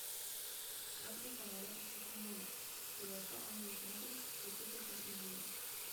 jos reikalauja atsakingumo kuriuo šio amžiaus moterys kaip tik ir pasižymi